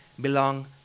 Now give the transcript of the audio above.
belong